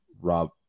Rob